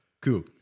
Cool